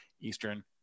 Eastern